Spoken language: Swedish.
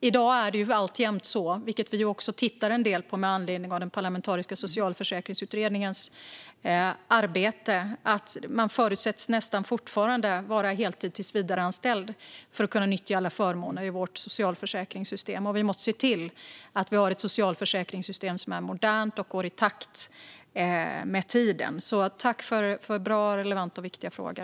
I dag är det alltjämt så - vilket vi tittar en del på med anledning av den parlamentariska socialförsäkringsutredningens arbete - att människor förutsätts nästan fortfarande vara heltids och tillsvidareanställda för att kunna nyttja alla förmåner. Vi måste se till att vi har ett socialförsäkringssystem som är modernt och går i takt med tiden. Tack för bra, relevanta och viktiga frågor.